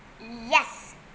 yes